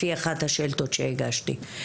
לפי אחת השאילתות שהגשתי.